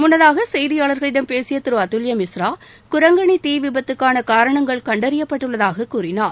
முன்னதாக செய்தியாளர்களிடம் பேசிய திரு அதுல்ய மிஸ்ரா குரங்கணி தீ விபத்தக்கான காரணங்கள் கண்டறியப்பட்டுள்ளதாக கூறினார்